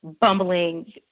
bumbling